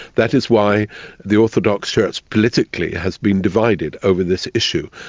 that is why the orthodox church politically has been divided over this issue.